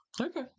Okay